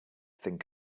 think